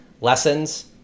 Lessons